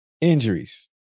Injuries